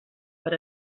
per